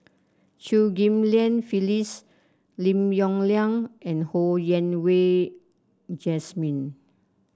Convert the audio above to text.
Chew Ghim Lian Phyllis Lim Yong Liang and Ho Yen Wah Jesmine